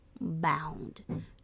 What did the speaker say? bound